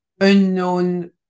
unknown